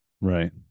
right